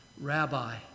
rabbi